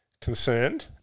concerned